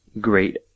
great